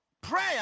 Prayer